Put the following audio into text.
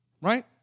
right